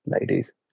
ladies